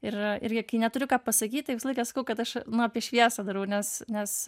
ir irgi kai neturiu ką pasakyt tai visą laiką sakau kad aš nu apie šviesą darau nes nes